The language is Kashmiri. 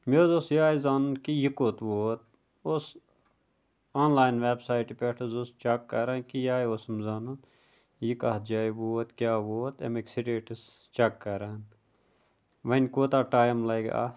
مےٚ حظ اوس یِہَے زانُن کہِ یہِ کوٚت ووت اوس آنلاین ویب سایٹہِ پٮ۪ٹھ حظ اوس چیٚک کَران کہِ یِہَے اوسُم زانُن یہِ کَتھ جایہِ ووت کیٛاہ ووت اَمِکۍ سٹیٹَس چَک کَران وَنۍ کوٗتاہ ٹایِم لَگہِ اَتھ